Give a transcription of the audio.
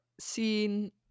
seen